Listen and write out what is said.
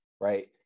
right